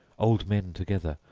old men together,